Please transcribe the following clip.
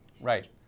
Right